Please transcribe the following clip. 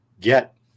get